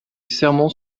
sermon